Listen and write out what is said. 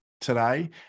today